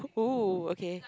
!oo! okay